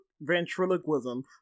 ventriloquism